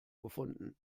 gefunden